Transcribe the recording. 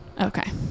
Okay